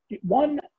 one